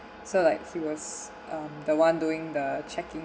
so like he was um the one doing the checking